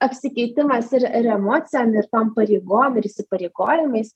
apsikeitimas ir ir emocijom ir tom pareigom ir įsipareigojimais